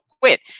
quit